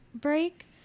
break